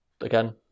again